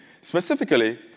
specifically